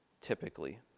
typically